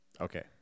Okay